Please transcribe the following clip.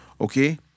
Okay